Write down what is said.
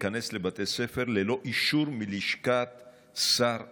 להיכנס לבתי ספר ללא אישור מלשכת שר החינוך.